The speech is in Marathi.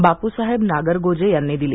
बाप्रसाहेब नागरगोजे यांनी दिली